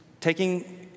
taking